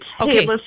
Okay